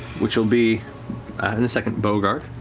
which'll be in a second. beauregard,